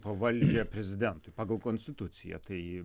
pavaldžią prezidentui pagal konstituciją tai